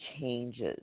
changes